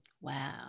Wow